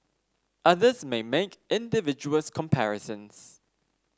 others may make invidious comparisons